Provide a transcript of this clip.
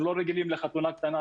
אנחנו לא רגילים לחתונה קטנה,